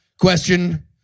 question